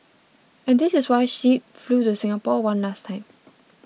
and this is why she flew to Singapore one last time